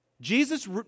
Jesus